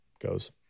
goes